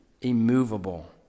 immovable